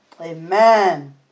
Amen